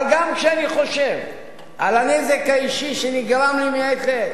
אבל גם כשאני חושב על הנזק האישי שנגרם לי מעת לעת,